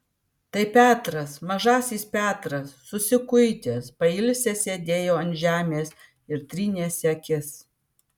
tai petras mažasis petras susikuitęs pailsęs sėdėjo ant žemės ir trynėsi akis